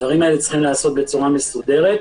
הדברים האלה צריכים להיעשות בצורה מסודרת.